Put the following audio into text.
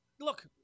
look